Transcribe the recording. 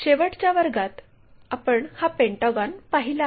शेवटच्या वर्गात आपण हा पेंटागॉन पाहिला आहे